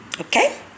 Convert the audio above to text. Okay